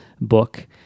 book